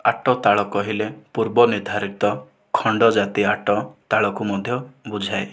ଆଟ ତାଳ କହିଲେ ପୂର୍ବ ନିର୍ଦ୍ଧାରିତ ଖଣ୍ଡ ଜାତି ଆଟ ତାଳକୁ ମଧ୍ୟ ବୁଝାଏ